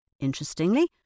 Interestingly